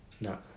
No